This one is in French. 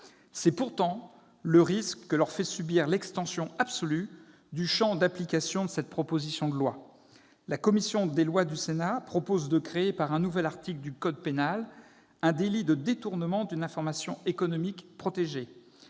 C'est pourtant le risque que leur fait subir l'extension absolue du champ d'application de cette proposition de loi. La commission des lois du Sénat propose de créer, par un nouvel article du code pénal, un délit de détournement d'une information économique protégée.